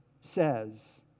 says